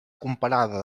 comparada